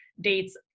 dates